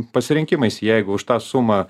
pasirinkimais jeigu už tą sumą